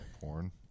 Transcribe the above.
porn